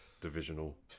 divisional